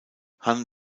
han